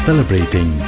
Celebrating